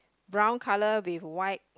brown colour with white